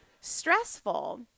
stressful